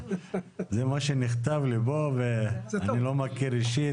זה מה שנכתב לי פה ואני לא מכיר אישית,